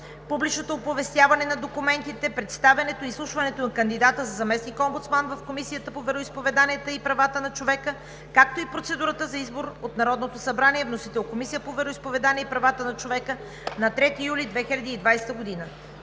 публичното оповестяване на документите, представянето и изслушването на кандидата за заместник-омбудсман в Комисията по вероизповеданията и правата на човека, както и процедурата за избор от Народното събрание. Вносител – Комисията по вероизповеданията и правата на човека, 3 юли 2020 г.